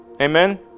amen